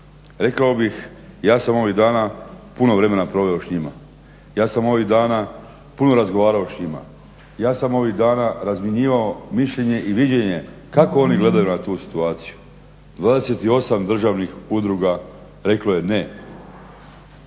Rekao bih ja sam ovih dana puno vremena proveo s njima. Ja sam ovih dana puno razgovarao s njima. Ja sam ovih dana razmjenjivao mišljenje i viđenje kako oni gledaju na tu situaciju. 28 državnih udruga reklo je ne.